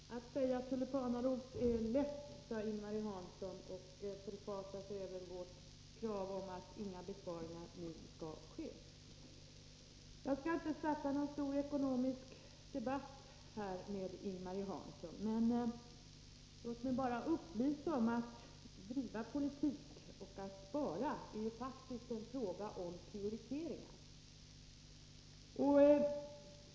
Herr talman! Att säga tulipanaros är lätt, sade Ing-Marie Hansson, och förfasade sig över vårt krav att inga besparingar skall ske. Jag skall inte starta någon stor ekonomisk debatt med Ing-Marie Hansson, men låt mig bara upplysa om en sak: Att driva politik och att spara är faktiskt en fråga om prioritering.